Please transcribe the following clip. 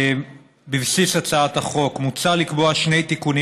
בבסיס הצעת החוק מוצע לקבוע שני תיקונים